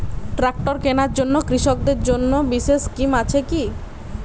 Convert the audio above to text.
Tractor কেনার জন্য কৃষকদের জন্য বিশেষ স্কিম আছে কি?